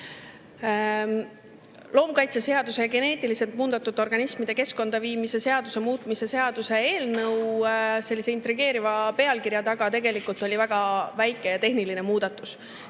Loomakaitseseaduse ja geneetiliselt muundatud organismide keskkonda viimise seaduse muutmise seaduse eelnõu veidi intrigeeriva pealkirja taga on tegelikult väga väike tehniline muudatus.